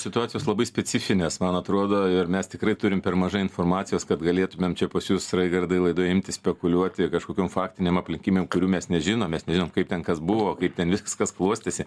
situacijos labai specifinės man atrodo ir mes tikrai turim per mažai informacijos kad galėtumėm čia pas jus raigardai laidoje imti spekuliuoti kažkokiom faktinėm aplinkybėm kurių mes nežinom mes nežinom kaip ten kas buvo kaip ten viskas klostėsi